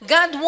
God